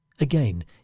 Again